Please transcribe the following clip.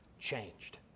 changed